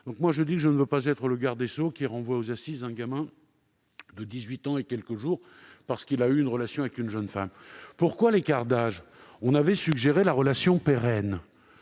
Je le redis, je ne veux pas être le garde des sceaux qui renvoie aux assises un gamin de 18 ans et quelques jours parce qu'il a eu une relation avec une jeune fille. Pourquoi un écart d'âge ? Nous avions évoqué la notion de